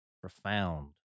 profound